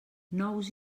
nous